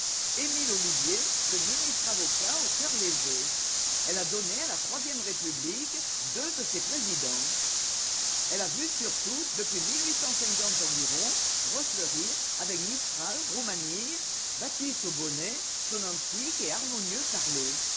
emile ollivier le ministreavocat au cœur léger elle a donné à la troisième république deux de ses présidents elle a vu surtout depuis io environ refleurir avec mistral roumanille batisto bonnet son antique et harmonieux parler